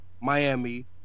Miami